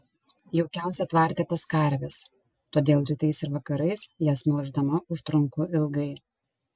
jaukiausia tvarte pas karves todėl rytais ir vakarais jas melždama užtrunku ilgai